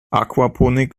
aquaponik